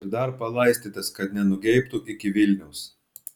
ir dar palaistytas kad nenugeibtų iki vilniaus